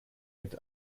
mit